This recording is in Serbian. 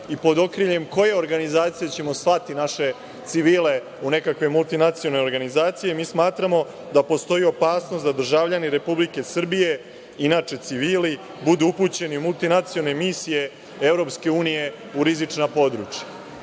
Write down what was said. i pod okriljem koje organizacije ćemo slati naše civile u neke multinacionalne organizacije, mi smatramo da postoji opasnost po državljane Republike Srbije, da civili budu upućeni u multinacionalne misije EU u rizična područja. Mi